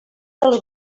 dels